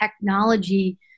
technology